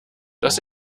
dass